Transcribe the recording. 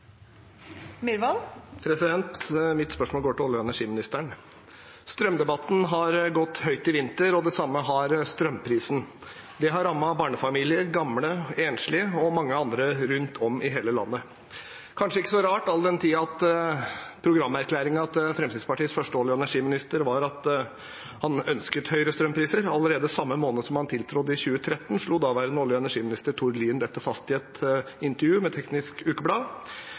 Mitt spørsmål går til olje- og energiministeren. Strømdebatten har gått høyt i vinter, og det samme har strømprisen. Det har rammet barnefamilier, gamle, enslige og mange andre rundt om i hele landet. Det er kanskje ikke så rart, all den tid programerklæringen til Fremskrittspartiets første olje- og energiminister var at han ønsket høyere strømpriser. Allerede samme måned som han tiltrådte i 2013, slo daværende olje- og energiminister Tord Lien dette fast i et intervju med Teknisk Ukeblad,